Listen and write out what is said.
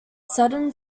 sudden